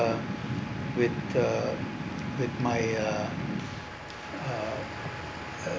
uh with the with my uh uh uh